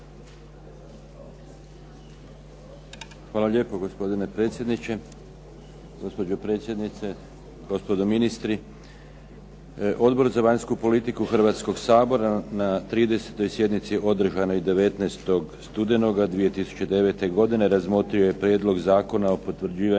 Hvala lijepo. Gospodine predsjedniče, gospođo predsjednice, gospodo ministri. Odbor za vanjsku politiku Hrvatskog sabora na 30. sjednici održanoj 19. studenoga 2009. godine razmotrio je Prijedlog Zakona o potvrđivanju